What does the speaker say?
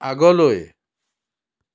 আগলৈ